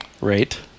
Right